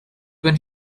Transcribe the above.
when